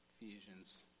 Ephesians